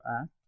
act